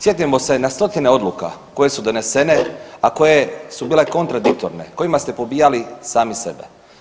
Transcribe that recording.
Sjetimo se na stotine odluka koje su donesene, a koje su bile kontradiktorne, kojima ste pobijali sami sebe.